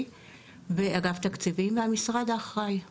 ואגף תקציבים והמשרד האחראי לאגרות.